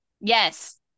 Yes